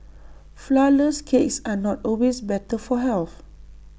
Flourless Cakes are not always better for health